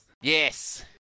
Yes